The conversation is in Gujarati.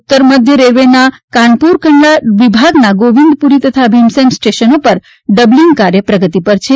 ઉત્તર મધ્ય રેલવેના કાનપુર ટ્રંડલા વિભાગના ગોવિંદપુરી તથા ભીમસેન સ્ટેશનો વચ્ચે ડબલીંગ કાર્ય પ્રગતિ પર છે